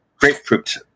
grapefruit